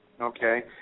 Okay